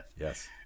Yes